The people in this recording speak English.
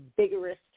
vigorous